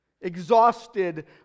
exhausted